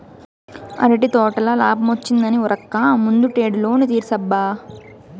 అరటి తోటల లాబ్మొచ్చిందని ఉరక్క ముందటేడు లోను తీర్సబ్బా